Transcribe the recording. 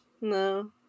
no